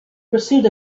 pursuit